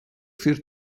für